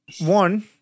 one